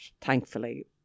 thankfully